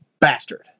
bastard